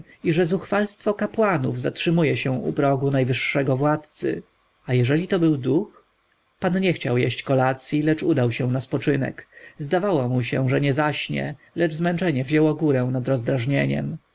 i że zuchwalstwo kapłanów zatrzymuje się u progu najwyższego władcy a jeżeli to był duch pan nie chciał jeść kolacji lecz udał się na spoczynek zdawało mu się że nie zaśnie lecz zmęczenie wzięło górę nad rozdrażnieniem